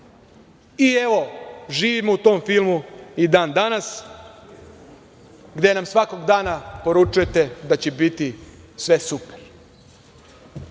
i evo živimo u tom filmu i dan danas gde nam svakog dana poručujete da će biti sve super.